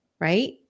Right